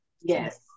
Yes